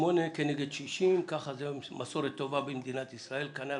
שמונה כנגד שישים ככה זו מסורת טובה במדינת ישראל כנ"ל